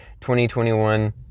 2021